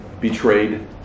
betrayed